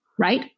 Right